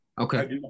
okay